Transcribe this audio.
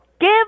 give